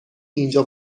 اینجا